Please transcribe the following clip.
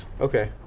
Okay